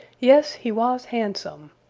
yes, he was handsome.